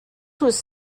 was